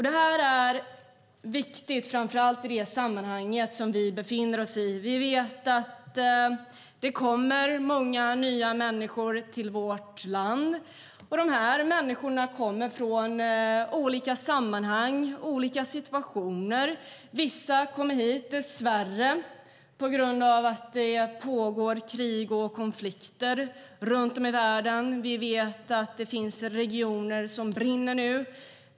Det här är viktigt, framför allt i det sammanhang som vi befinner oss i. Vi vet att det kommer många nya människor till vårt land, och de här människorna kommer från olika sammanhang och situationer. Vissa kommer dessvärre hit på grund av att det pågår krig och konflikter runt om i världen. Vi vet att det finns regioner som brinner nu.